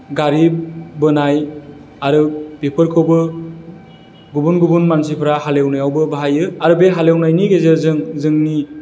गारि बोनाय आरो बेफोरखौबो गुबुन गुबुन मानसिफ्रा हालेवनायावबो बाहायो आरो बे हालेवनायनि गेजेरजों जोंनि